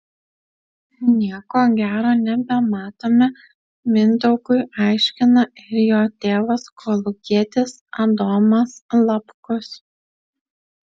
nieko gero nebematome mindaugui aiškina ir jo tėvas kolūkietis adomas lapkus